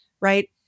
right